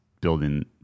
building